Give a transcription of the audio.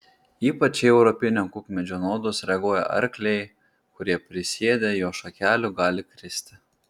ypač į europinio kukmedžio nuodus reaguoja arkliai kurie prisiėdę jo šakelių gali kristi